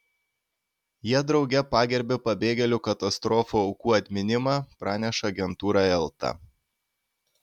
jie drauge pagerbė pabėgėlių katastrofų aukų atminimą praneša agentūra elta